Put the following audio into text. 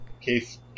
Case